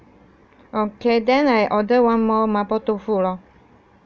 okay then I order one more mapo tofu lor